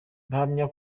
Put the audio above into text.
bahamya